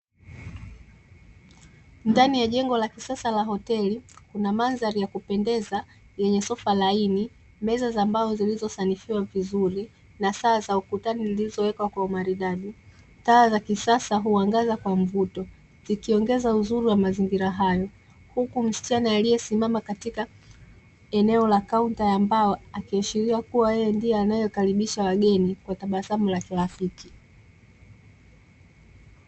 Ndani ya jengo la kisasa la hoteli kuna mandhari ya kupendeza yenye sofa laini meza za bao zilizo sanifiwa vizuri na saa za ukutani, zilizo wekwa kwa umaridadi, taa za kisasa huangaza kwa mvuto zikiongeza uzuri wa mazingira hayo huku msichana, akisimaa kaytika eneo ka kaunta akihashiria kuwa yeye ndiye akikaribisha wageni kwa tabasamu la kirafiki.